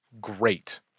great